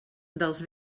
dels